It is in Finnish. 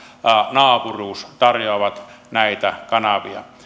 naapuruus tarjoavat näitä kanavia